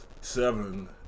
Seven